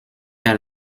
are